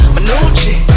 Manucci